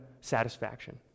satisfaction